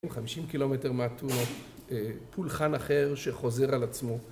50 קילומטר מהתונות, פולחן אחר שחוזר על עצמו